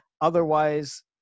Otherwise